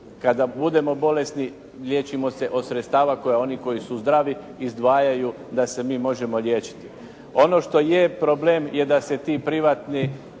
kada budemo bolesni liječimo se od sredstava onih koji su zdravi, izdvajaju da se mi možemo liječiti. Ono što je problem je da se ti privatni